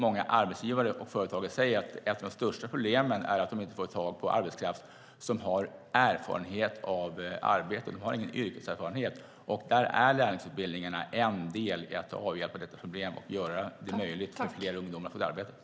Många arbetsgivare och företagare säger att ett av de största problemen är att de inte får tag på arbetskraft som har yrkeserfarenhet. Lärlingsutbildningen är en del för att avhjälpa detta problem och göra det möjligt för fler ungdomar att få ett arbete.